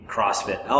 CrossFit